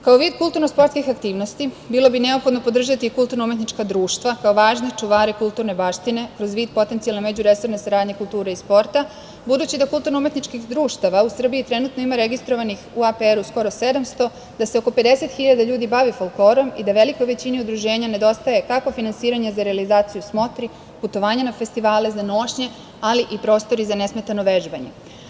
Kao vid kulturno-sportskih aktivnosti bilo bi neophodno podržati i kulturno-umetnička društva kao važne čuvare kulturne baštine, kroz vid potencijalne međuresorne saradnje kulture i sporta, budući da kulturno umetničkih društava u Srbiji trenutno ima registrovanih u APR skoro 700, da se oko 50.000 ljudi bavi folklorom i da velikoj većini udruženja nedostaje kako finansiranje za realizaciju smotri, putovanja na festivale, za nošnje, ali i prostori za nesmetano vežbanje.